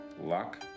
Luck